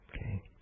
Okay